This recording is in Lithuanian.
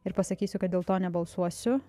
ir pasakysiu kad dėl to nebalsuosiu